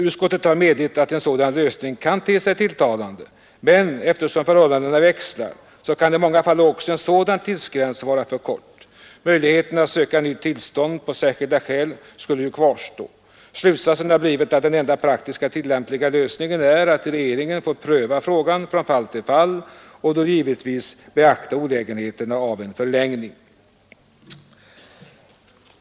Utskottet har medgivit att denna lösning kan te sig tilltalande, men — eftersom förhållandena växlar — kan i många fall en sådan tidsgräns också vara för snäv. Möjligheten att söka nytt tillstånd, på särskilda skäl, skulle kvarstå. Slutsatsen har blivit att den enda praktiskt tillämpliga lösningen är att regeringen får pröva frågan från fall till fall — och då givetvis beakta olägenheterna av en förlängning.